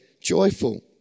joyful